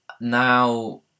now